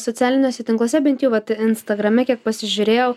socialiniuose tinkluose bent jau vat instagrame kiek pasižiūrėjau